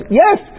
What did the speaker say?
yes